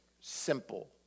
simple